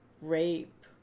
rape